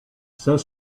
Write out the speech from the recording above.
saint